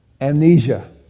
amnesia